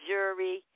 Jury